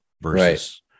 versus